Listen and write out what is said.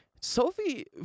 Sophie